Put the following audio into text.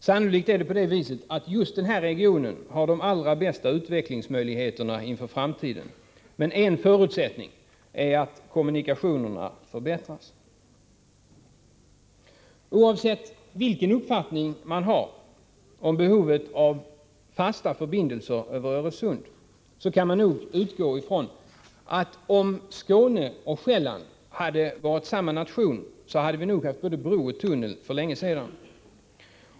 Sannolikt har just den här regionen de allra bästa utvecklingsmöjligheterna inför framtiden. Men en förutsättning är att kommunikationerna förbättras. Oavsett vilken uppfattning man har om behovet av fasta förbindelser över Öresund så kan man nog utgå ifrån att om Skåne och Själland hade tillhört samma nation, så hade vi nog haft både bro och tunnel för länge sedan.